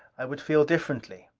i would feel differently.